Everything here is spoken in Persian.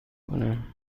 کنم